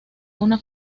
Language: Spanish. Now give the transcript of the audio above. una